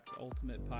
Ultimate